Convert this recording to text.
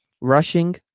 rushing